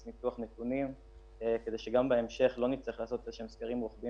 ניתוח נתונים כדי שגם בהמשך לא נצטרך לעשות איזשהם סקרים רוחביים